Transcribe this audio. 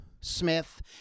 Smith